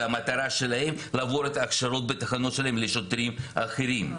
והמטרה שלהם להעביר את ההכשרות בתחנות שלהם לשוטרים אחרים.